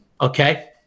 Okay